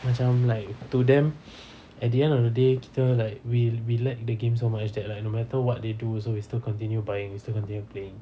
macam like to them at the end of the day kita like we we like the game so much that like no matter what they do also we still continue buying we still continue playing